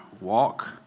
walk